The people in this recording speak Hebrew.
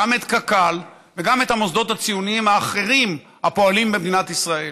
גם את קק"ל וגם את המוסדות הציוניים האחרים הפועלים במדינת ישראל.